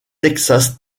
texas